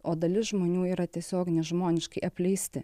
o dalis žmonių yra tiesiog nežmoniškai apleisti